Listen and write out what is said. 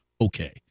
Okay